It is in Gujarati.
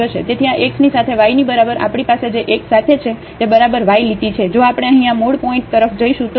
તેથી આ x ની સાથે y ની બરાબર આપણી પાસે જે x સાથે છે તે બરાબર y લીટી છે જો આપણે અહીં આ મૂળ પોઇન્ટ તરફ જઈશું તો શું થશે